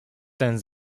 ten